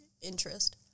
interest